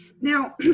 Now